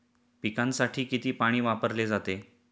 पिकांसाठी किती पाणी वापरले जाते?